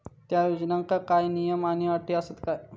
त्या योजनांका काय नियम आणि अटी आसत काय?